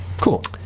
cool